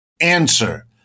Answer